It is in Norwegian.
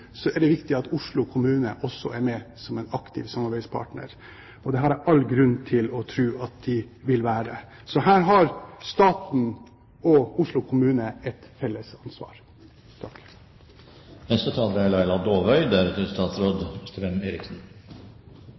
er det viktig at Oslo kommune også er med som en aktiv samarbeidspartner. Det har jeg all grunn til å tro at de vil være. Så her har staten og Oslo kommune et felles ansvar.